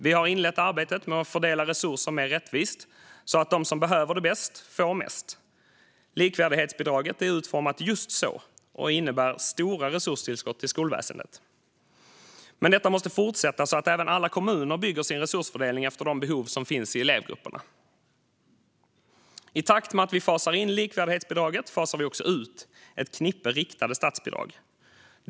Vi har inlett arbetet med att fördela resurser mer rättvist så att de som behöver det bäst får mest. Likvärdighetsbidraget är utformat just så och innebär stora resurstillskott till skolväsendet. Men detta måste fortsätta så att även alla kommuner bygger sin resursfördelning efter de behov som finns i elevgrupperna. I takt med att vi fasar in likvärdighetsbidraget fasar vi också ut ett knippe riktade statsbidrag.